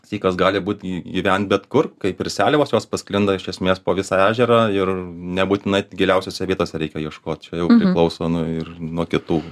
sykas gali būt gyvent bet kur kaip ir seliavos jos pasklinda iš esmės po visą ežerą ir nebūtinai giliausiose vietose reikia ieškot čia jau priklauso nuo ir nuo kitų